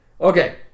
Okay